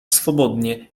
swobodnie